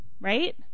Right